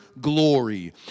glory